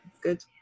good